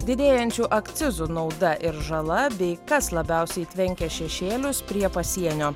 didėjančių akcizų nauda ir žala bei kas labiausiai tvenkia šešėlius prie pasienio